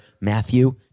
Matthew